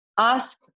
ask